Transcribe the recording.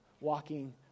walking